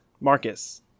Marcus